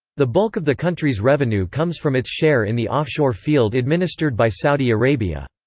the bulk of the country's revenue comes from its share in the offshore field administered by saudi arabia.